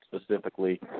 specifically